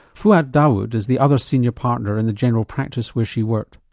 fouad dawood is the other senior partner in the general practice where she worked.